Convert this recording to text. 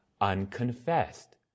unconfessed